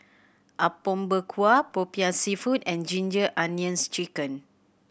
Apom Berkuah Popiah Seafood and Ginger Onions Chicken